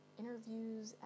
interviews